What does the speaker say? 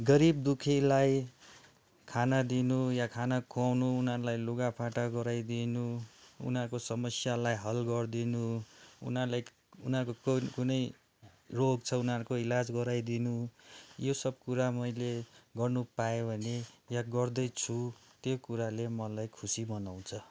गरिब दु खीलाई खाना दिनु या खाना खुवाउनु उनीहरूलाई लुगा फाटा गराइदिनु उनीहरूको समस्यालाई हल गरिदिनु उनीहरूलाई उनीहरूको कुनै रोग छ उनीहरूको इलाज गराइदिनु यो सब कुरा मैले गर्नु पायो भने या गर्दैछु त्यही कुराले मलाई खुसी बनाउँछ